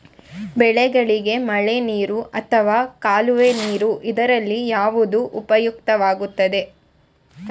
ಬೆಳೆಗಳಿಗೆ ಮಳೆನೀರು ಅಥವಾ ಕಾಲುವೆ ನೀರು ಇದರಲ್ಲಿ ಯಾವುದು ಉಪಯುಕ್ತವಾಗುತ್ತದೆ?